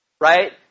right